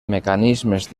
mecanismes